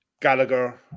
Gallagher